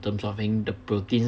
absorbing the protein